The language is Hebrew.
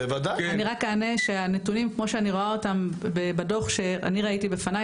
אני רק אענה שהנתונים כמו שאני רואה אותם בדוח שאני ראיתי בפניי,